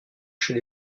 chez